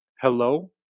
Hello